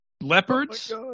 leopards